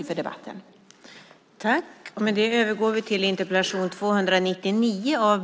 Fru talman!